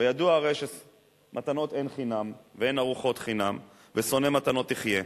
וידוע הרי שמתנות אין חינם ואין ארוחות חינם ושונא מתנות יחיה.